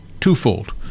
twofold